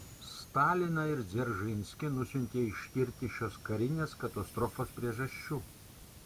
staliną ir dzeržinskį nusiuntė ištirti šios karinės katastrofos priežasčių